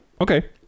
Okay